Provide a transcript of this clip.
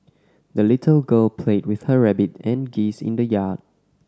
the little girl played with her rabbit and geese in the yard